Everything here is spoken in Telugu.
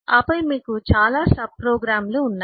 ఆపై మీకు చాలా సబ్ప్రోగ్రామ్లు ఉన్నాయి